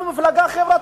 אנחנו מפלגה חברתית,